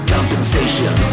Compensation